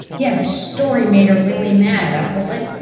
yeah, the story made her really mad. i was like,